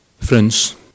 Friends